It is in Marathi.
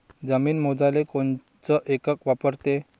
जमीन मोजाले कोनचं एकक वापरते?